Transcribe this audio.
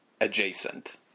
adjacent